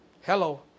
Hello